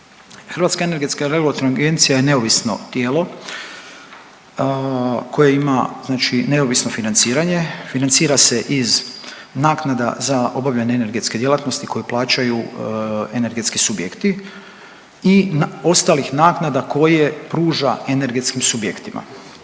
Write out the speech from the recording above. Hrvatska energetska regulatorna agencija je neovisno tijelo koje ima znači neovisno financiranje. Financira se iz naknada za obavljanje energetske djelatnosti koje plaćaju energetski subjekti i ostalih naknada koje pruža energetskim subjektima.